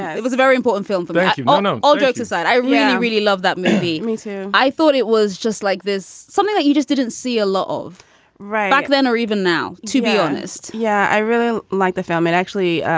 it was a very important film for you. oh, no. all jokes aside, i really really love that movie. me too. i thought it was just like this, something that you just didn't see a lot of right back then or even now to be honest, yeah, i really like the film and actually